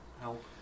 help